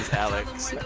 alex